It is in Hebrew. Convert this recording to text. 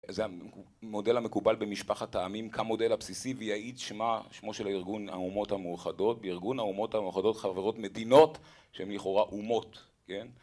זה המודל המקובל במשפחת העמים כמודל הבסיסי ויעיד שמה, שמו של ארגון האומות המאוחדות. בארגון האומות המאוחדות חברות מדינות שהן לכאורה אומות